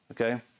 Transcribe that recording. okay